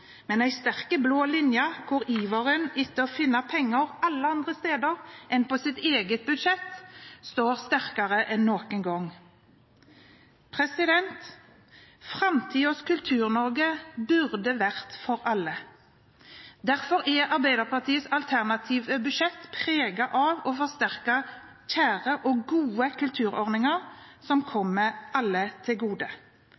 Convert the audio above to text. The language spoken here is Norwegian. men med en sterk blå linje hvor iveren etter å finne penger alle andre steder enn på ens eget budsjett står sterkere enn noen gang. Framtidens Kultur-Norge burde være for alle. Derfor er Arbeiderpartiets alternative budsjett preget av å forsterke kjære og gode kulturordninger som kommer alle til gode: